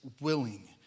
willing